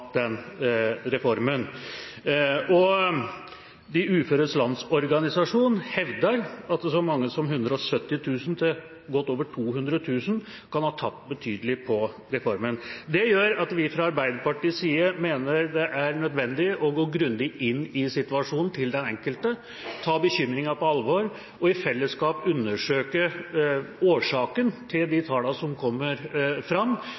reformen. Uføres Landsorganisasjon hevder at så mange som 170 000–200 000, og godt over det, kan ha tapt betydelig på reformen. Det gjør at vi fra Arbeiderpartiets side mener det er nødvendig å gå grundig inn i situasjonen til den enkelte, ta bekymringen på alvor og i fellesskap undersøke årsaken til de tallene som kommer fram,